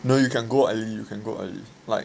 no you can go early you can go early like